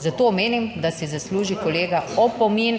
Zato menim, da si zasluži kolega opomin